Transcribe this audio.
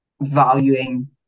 valuing